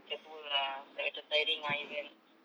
dah tua ah like macam tiring ah events